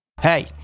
Hey